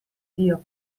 dio